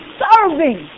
serving